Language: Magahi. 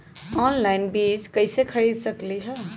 ऑनलाइन बीज कईसे खरीद सकली ह?